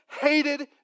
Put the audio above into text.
hated